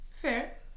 Fair